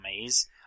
maze